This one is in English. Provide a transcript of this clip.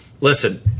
Listen